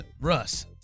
Russ